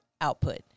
output